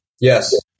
Yes